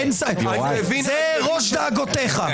זה בראש דאגותיך.